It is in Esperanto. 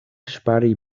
ŝpari